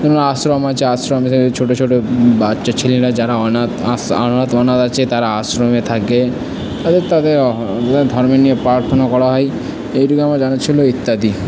কোনো আশ্রম আছে আশ্রমে থাকে ছোটো ছোটো বাচ্চা ছেলেরা যারা অনাথ অনাথ আছে তারা আশ্রমে থাকে এবং তাদের ধর্ম নিয়েও প্রার্থনা করা হয় এইটুকুই আমার জানা ছিলো ইত্যাদি